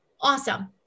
Awesome